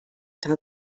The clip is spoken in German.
tag